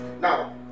now